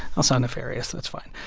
i'll sound nefarious that's fine.